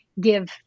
give